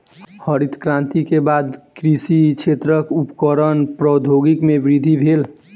हरित क्रांति के बाद कृषि क्षेत्रक उपकरणक प्रौद्योगिकी में वृद्धि भेल